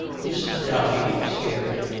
mrs. dowey, scared,